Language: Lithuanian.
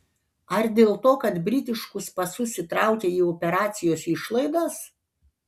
ar dėl to kad britiškus pasus įtraukei į operacijos išlaidas